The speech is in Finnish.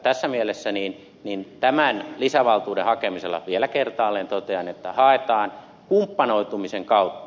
tässä mielessä tämän lisävaltuuden hakemisesta vielä kertaalleen totean että haetaan kumppanoitumisen kautta